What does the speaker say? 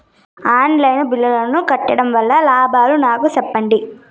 On line బిల్లుల ను కట్టడం వల్ల లాభాలు నాకు సెప్పండి?